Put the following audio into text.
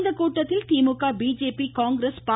இக்கூட்டத்தில் திமுக பிஜேபி காங்கிரஸ் பா